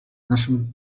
naszym